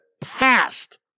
passed